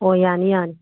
ꯍꯣꯏ ꯌꯥꯅꯤ ꯌꯥꯅꯤ